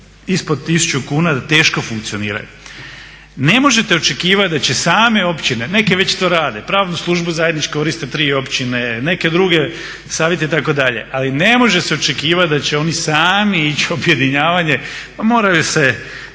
ispod 1000 kuna da teško funkcioniraju. Ne možete očekivati da će same općine, neke već to rade, pravnu službu zajednički koriste tri općine, neke druge savjete itd., ali ne može se očekivat da će oni sami ići u objedinjavanje. Pa moraju se